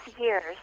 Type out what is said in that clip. years